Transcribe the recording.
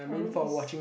her room is